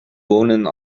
wonen